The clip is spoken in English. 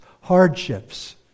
Hardships